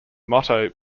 motto